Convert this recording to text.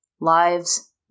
lives